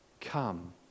Come